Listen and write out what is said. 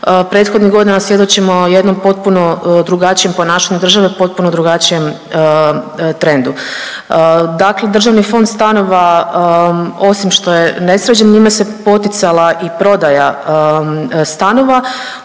prethodnih godina svjedočimo jednom potpuno drugačijem ponašanju države, potpuno drugačijem trendu. Dakle, državni fond stanova osim što je nesređen njime se poticala i prodaja stanova